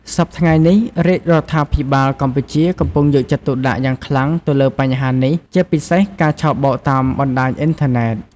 សព្វថ្ងៃនេះ រាជរដ្ឋាភិបាលកម្ពុជា កំពុង យកចិត្តទុកដាក់យ៉ាងខ្លាំង ទៅលើបញ្ហានេះ ជាពិសេសការឆបោកតាមបណ្ដាញអ៊ីនធឺណិត។